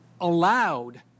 allowed